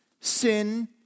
sin